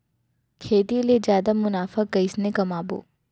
खेती ले जादा मुनाफा कइसने कमाबो?